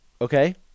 okay